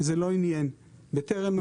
זה לא עניין אף אחד.